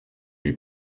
lui